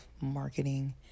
marketing